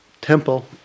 temple